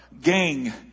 gang